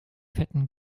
fetten